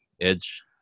edge